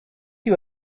you